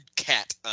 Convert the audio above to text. Cat